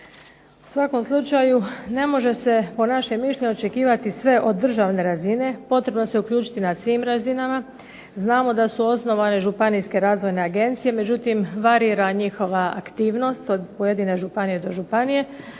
U svakom slučaju ne može se po našem mišljenju očekivati sve od državne razine, potrebno se uključiti na svim razinama. Znamo da su osnovane županijske razvojne agencije, međutim varira njihova aktivnost od pojedine županije do županije.